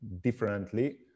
differently